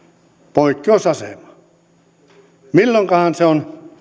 poikkeusasema milloinkohan se asema on